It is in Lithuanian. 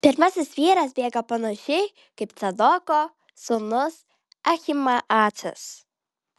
pirmasis vyras bėga panašiai kaip cadoko sūnus ahimaacas